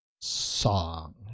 song